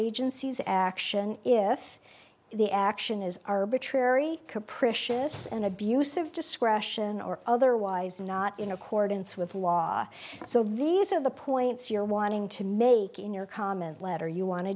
agency's action if the action is arbitrary capricious and abusive discretion or otherwise not in accordance with law so these are the points you're wanting to make in your comment letter you want to